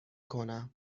کنم